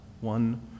one